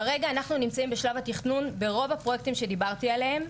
כרגע אנחנו נמצאים בשלב התכנון ברוב הפרויקטים שדיברתי עליהם,